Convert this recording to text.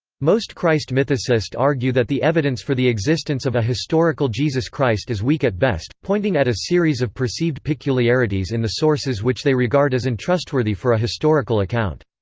most christ mythicists argue that the evidence for the existence of a historical jesus christ is weak at best, pointing at a series of perceived peculiarities in the sources which they regard as untrustworthy for a historical account.